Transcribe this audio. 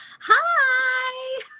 hi